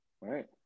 Right